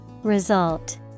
Result